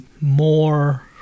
more